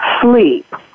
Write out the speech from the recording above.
sleep